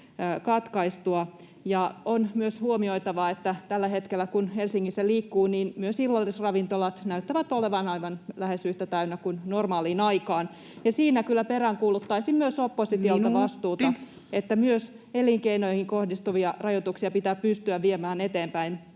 On myös huomioitava, että tällä hetkellä, kun Helsingissä liikkuu, myös illallisravintolat näyttävät olevan lähes aivan yhtä täynnä kuin normaaliin aikaan, ja siinä kyllä peräänkuuluttaisin myös oppositiolta vastuuta, [Puhemies: Minuutti!] että myös elinkeinoihin kohdistuvia rajoituksia pitää pystyä viemään eteenpäin